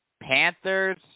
Panthers